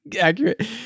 accurate